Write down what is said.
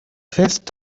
fest